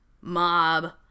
mob